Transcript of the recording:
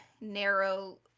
narrow